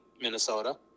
Minnesota